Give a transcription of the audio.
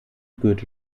goethe